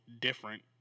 different